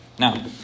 Now